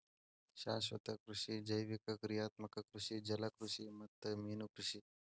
ಶಾಶ್ವತ ಕೃಷಿ ಜೈವಿಕ ಕ್ರಿಯಾತ್ಮಕ ಕೃಷಿ ಜಲಕೃಷಿ ಮತ್ತ ಮೇನುಕೃಷಿ